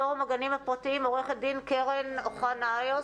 פורום הגנים הפרטיים, עורכת דין קרן אוחנה איוס?